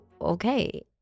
Okay